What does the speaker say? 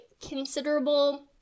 considerable